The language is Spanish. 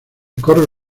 corro